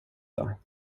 dag